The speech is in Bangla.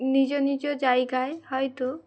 নিজ নিজ জায়গায় হয়তো